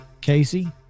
Casey